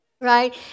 right